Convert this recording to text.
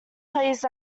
pleased